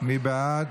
מי בעד?